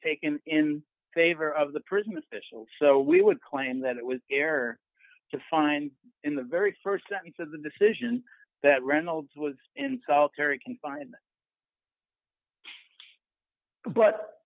taken in favor of the prison officials so we would claim that it was error to find in the very st sentence of the decision that reynolds was in solitary confinement but